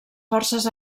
forces